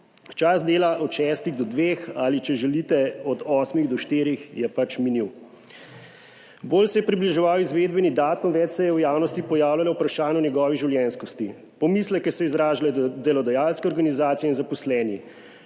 Čas dela od 6. do 2. ali če želite od 8. do 4. je minil. Bolj se je približeval izvedbeni datum, več se je v javnosti pojavljalo vprašanje o njegovi življenjskosti. Pomisleke so izražale delodajalske organizacije in zaposleni.